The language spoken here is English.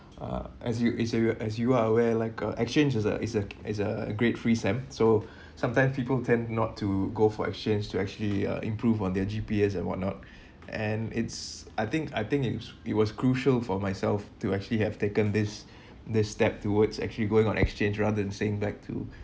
uh as you as you as you are aware like uh exchange is a is a is a great free sem so sometimes people tend not to go for exchange to actually uh improve on their G_P_A and whatnot and it's I think I think it's it was crucial for myself to actually have taken this this step towards actually going on exchange rather than staying back to